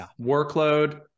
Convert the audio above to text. workload